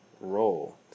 Roll